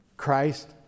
Christ